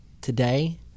today